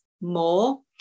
more